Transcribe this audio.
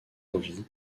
envies